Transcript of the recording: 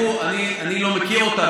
אני לא מכיר אותן,